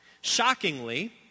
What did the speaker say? Shockingly